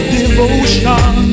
devotion